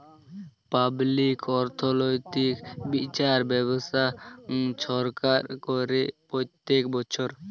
public অথ্থলৈতিক বিচার ব্যবস্থা ছরকার ক্যরে প্যত্তেক বচ্ছর